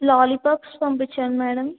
lollipops పంపించండి madam